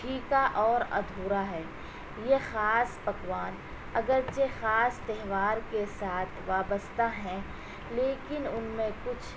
پھیکا اور ادھورا ہے یہ خاص پکوان اگرچہ خاص تہوار کے ساتھ وابستہ ہیں لیکن ان میں کچھ